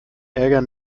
ärger